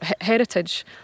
heritage